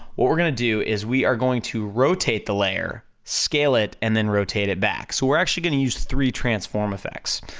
what we're gonna do, is we are going to rotate the layer, scale it, and then rotate it back, so we're actually gonna use three transform effects.